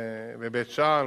בבית-שאן.